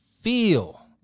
feel